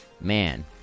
Man